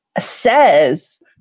says